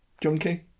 Junkie